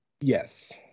Yes